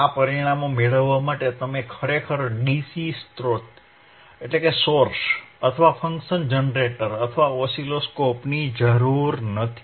આ પરિણામો મેળવવા માટે તમારે ખરેખર DC સ્રોત અથવા ફંક્શન જનરેટર અથવા ઓસિલોસ્કોપની જરૂર નથી